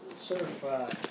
certified